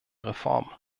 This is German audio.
reform